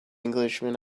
englishman